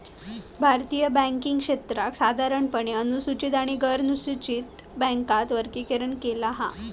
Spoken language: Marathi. भारतीय बॅन्किंग क्षेत्राक साधारणपणे अनुसूचित आणि गैरनुसूचित बॅन्कात वर्गीकरण केला हा